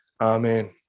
Amen